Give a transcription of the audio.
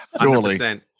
surely